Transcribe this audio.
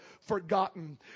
forgotten